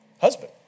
husband